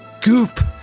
goop